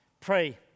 Pray